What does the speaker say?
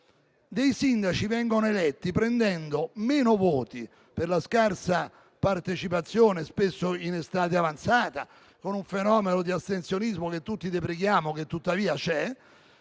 dei sindaci vengono eletti prendendo meno voti - per la scarsa partecipazione, spesso in estate avanzata, con un fenomeno di astensionismo che tutti deprechiamo e che tuttavia c'è,